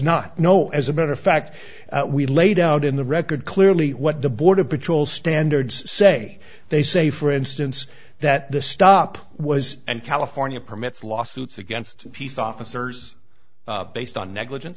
not know as a matter of fact we laid out in the record clearly what the border patrol standards say they say for instance that the stop was and california permits lawsuits against peace officers based on negligen